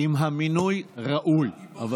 אם המינוי ראוי.